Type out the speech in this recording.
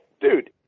dude